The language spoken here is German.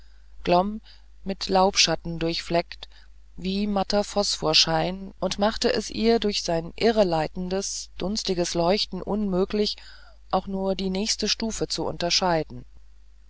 glomm mit laubschatten durchfleckt wie matter phosphorschein und machte es ihr durch sein irreleitendes dunstiges leuchten unmöglich auch nur die nächste stufe zu unterscheiden